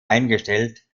eingestellt